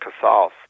Casals